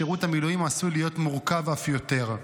שירות המילואים עשוי להיות מורכב אף יותר.